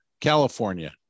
California